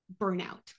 burnout